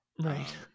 Right